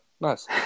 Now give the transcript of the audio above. Nice